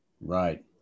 Right